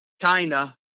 China